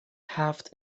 هفت